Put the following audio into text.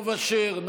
אתה יודע,